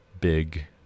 big